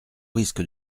risque